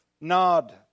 nod